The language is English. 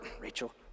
Rachel